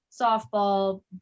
softball